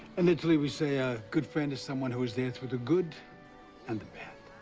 in italy we say a good friend is someone who is there through the good and the bad.